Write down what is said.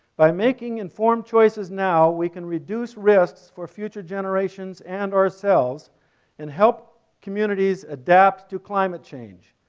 by making informed choices now we can reduce risks for future generations and ourselves and help communities adapt to climate change.